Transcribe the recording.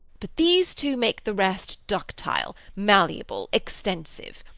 but these two make the rest ductile, malleable, extensive.